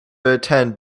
attend